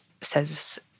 says